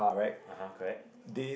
(uh huh) correct